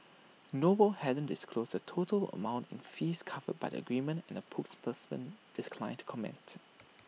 noble hasn't disclosed the total amount in fees covered by the agreement and A spokesperson declined to comment